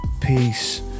peace